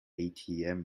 atm